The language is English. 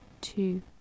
two